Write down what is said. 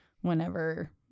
whenever